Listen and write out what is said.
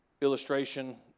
illustration